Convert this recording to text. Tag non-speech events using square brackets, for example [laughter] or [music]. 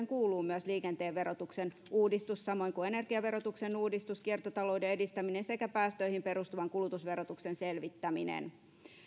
[unintelligible] kuuluu myös liikenteen verotuksen uudistus samoin kuin energiaverotuksen uudistus kiertotalouden edistäminen sekä päästöihin perustuvan kulutusverotuksen selvittäminen